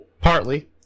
partly